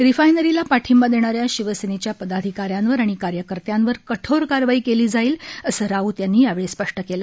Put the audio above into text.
रिफायनरीला पाठिंबा देणाऱ्या शिवसेनेच्या पदाधिकाऱ्यांवर आणि कार्यकर्त्यांवर कठोर कारवाई केली जाईल असं राऊत यांनी यावेळी स्पष्ट केलं